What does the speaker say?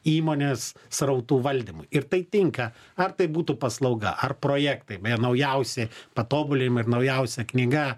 įmonės srautų valdymui ir tai tinka ar tai būtų paslauga ar projektai beje naujausi patobulinimai ir naujausia knyga